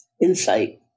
insight